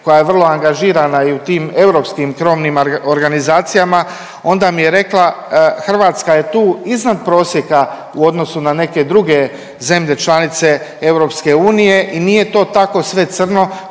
koja je vrlo angažirana i u tim europskim krovnim organizacijama, onda mi je rekla, Hrvatska je tu iznad prosjeka u odnosu na neke druge zemlje članice EU i nije to tako sve crno